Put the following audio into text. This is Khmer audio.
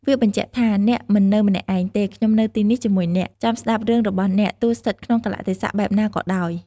វាបញ្ជាក់ថា "អ្នកមិននៅម្នាក់ឯងទេ ខ្ញុំនៅទីនេះជាមួយអ្នក ចាំស្ដាប់រឿងរបស់អ្នក ទោះស្ថិតក្នុងកាលៈទេសៈបែបណាក៏ដោយ"។